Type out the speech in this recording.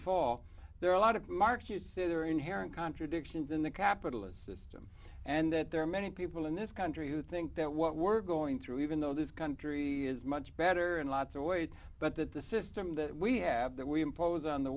fall there are a lot of marks you see there are inherent contradictions in the capitalist system and that there are many people in this country who think that what we're going through even though this country is much better in lots of ways but that the system that we have that we impose on the